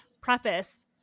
preface